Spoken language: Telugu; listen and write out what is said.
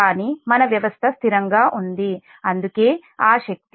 కానీ మన వ్యవస్థ స్థిరంగా ఉంది అందుకే ఆ శక్తి